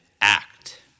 act